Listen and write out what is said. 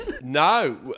No